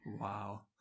Wow